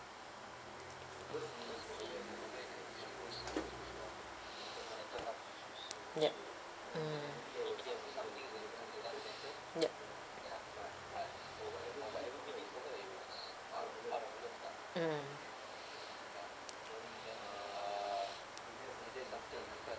yup mm yup mm